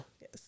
Yes